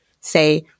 say